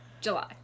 July